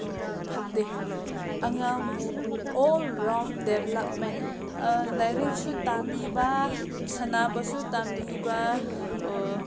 ꯐꯠꯇꯦ ꯑꯉꯥꯡꯕꯨ all round development ꯂꯥꯏꯔꯤꯛꯁꯨ ꯇꯝꯕꯤꯕ ꯁꯥꯟꯅꯕꯁꯨ ꯇꯝꯕꯤꯕ